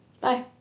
bye